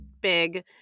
big –